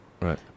Right